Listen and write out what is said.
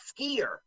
skier